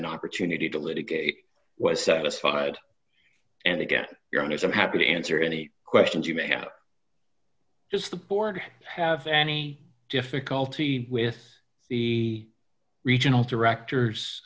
an opportunity to litigate was satisfied and again you're honest i'm happy to answer any questions you may have just the board have any difficulty with the regional directors